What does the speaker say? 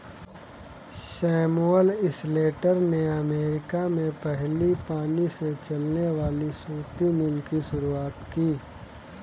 Samuel Slater ने America में पहली पानी से चलने वाली सूती मिल की शुरुआत की